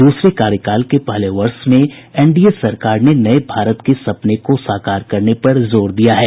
दूसरे कार्यकाल के पहले वर्ष में एनडी ए सरकार ने नए भारत के सपने को साकार करने पर जोर दिया है